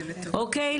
אוקיי?